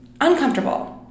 uncomfortable